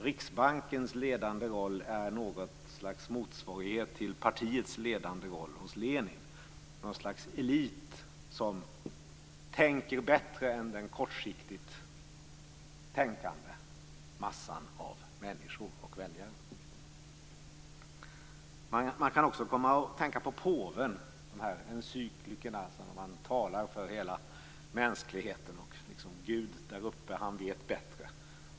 Riksbankens ledande roll är något slags motsvarighet till partiets ledande roll hos Lenin, något slags elit, som tänker bättre än den kortsiktigt tänkande massan av människor och väljare. Man kan också komma att tänka på påvens encyklikor, där han talar för hela mänskligheten: Gud där uppe vet bättre.